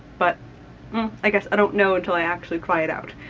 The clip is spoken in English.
but i guess, i don't know until i actually try it out.